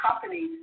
companies